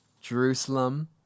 Jerusalem